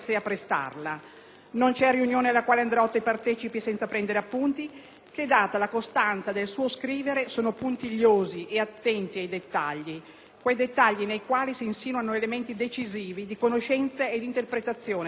Non c'è riunione alla quale Andreotti partecipi senza prendere appunti che, data la costanza del suo scrivere, sono puntigliosi e attenti ai dettagli, quei dettagli nei quali si insinuano elementi decisivi di conoscenza e di interpretazione delle diverse